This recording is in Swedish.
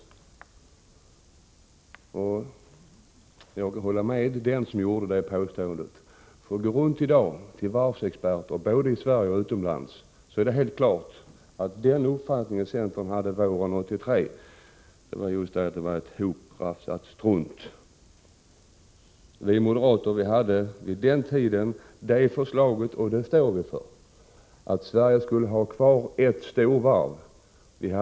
Jag håller med den som gjorde det påståendet. Går man i dag runt och frågar varvsexperter, både i Sverige och utomlands, blir det helt klart att den uppfattning centern hade våren 1983 var just ett hoprafsat strunt. Vi moderater hade vid den tidpunkten det förslaget — och det står vi för — att Sverige skulle ha kvar bara ett storvarv.